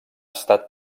estat